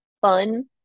fun